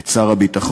את שר הביטחון